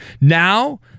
now